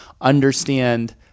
understand